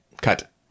Cut